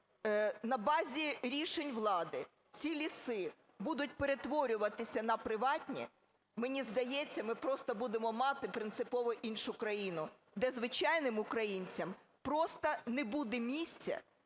на базі рішень влади ці ліси будуть перетворюватися на приватні, мені здається, ми просто будемо мати принципово іншу країну, де звичайним українцям просто не буде місця,